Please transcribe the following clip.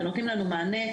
שנותנים לנו מענה,